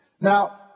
Now